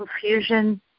confusion